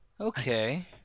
Okay